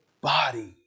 body